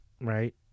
right